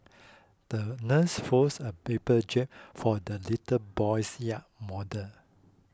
the nurse folded a paper jib for the little boy's yacht model